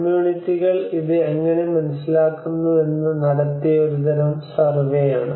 കമ്മ്യൂണിറ്റികൾ ഇത് എങ്ങനെ മനസിലാക്കുന്നുവെന്ന് നടത്തിയ ഒരു തരം സർവേയാണ്